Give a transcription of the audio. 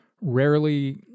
rarely